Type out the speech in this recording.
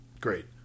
Great